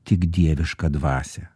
tik dievišką dvasią